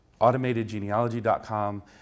AutomatedGenealogy.com